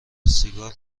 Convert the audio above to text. سیگار